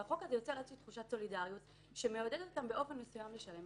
והחוק הזה יוצר תחושת סולידריות שמעודדת אותם באופן מסוים לשלם.